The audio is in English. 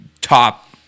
top